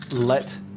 let